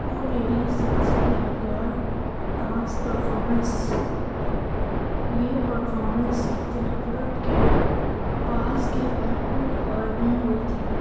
وہ میری سب سے یادگار ڈانس پرفارمنس ہے یہ پرفارمنس اندرپورم کے پاس کے بینکوئٹ ہال میں ہوئی تھی